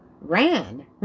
ran